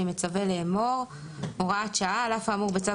אני מצווה לאמור: הוראת שעה על אף האמור בצו